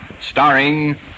starring